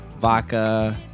vodka